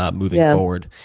ah moving yeah forward.